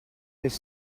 has